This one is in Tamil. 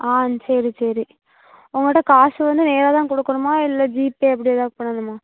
ஆ சரி சரி உங்கள்ட காசு வந்து நேராகதான் கொடுக்கணுமா இல்லை ஜிபே அப்படி ஏதாவது பண்ணணுமா